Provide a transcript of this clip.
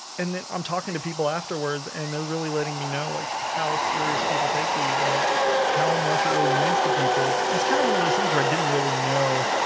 and then i'm talking to people afterwards and they're really letting me know like how serious people take these and how much it really means to people it's kind of one of those things where i didn't really know